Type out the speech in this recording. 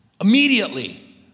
Immediately